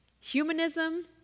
humanism